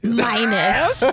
minus